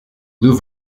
lou